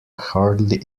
hardly